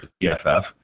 PFF